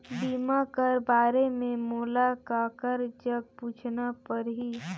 बीमा कर बारे मे मोला ककर जग पूछना परही?